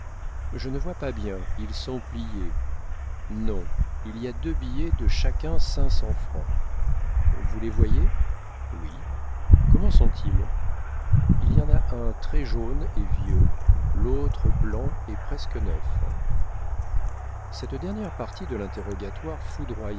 je ne vois pas bien ils sont pliés non il y a deux billets de chacun cinq cents francs vous les voyez oui comment sont-ils il y en a un très jaune et vieux l'autre blanc et presque neuf cette dernière partie de l'interrogatoire